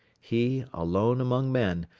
he, alone among men,